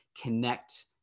connect